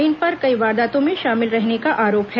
इन पर कई वारदातों में शाामिल रहने का आरोप है